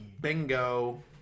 Bingo